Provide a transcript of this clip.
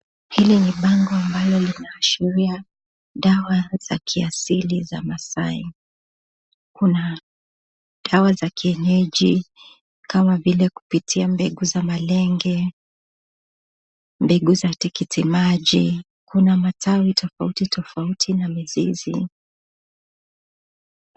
Hili ni bango la dawa ya kiasili MASAI HERBAL dawa za kienyeji kama vile kupitia mbegu za malenge, mbegu za tikiti maji, tofauti tofauti.